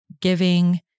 giving